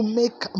make